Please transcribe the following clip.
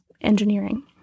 engineering